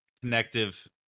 Connective